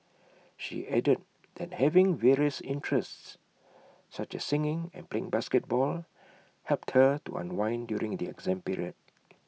she added that having various interests such as singing and playing basketball helped her to unwind during the exam period